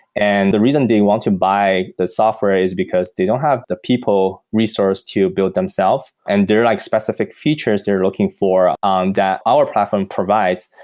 and the reason they want to buy the software is because they don't have the people resource to build them self and there are like specific features they're looking for um that our platform provides.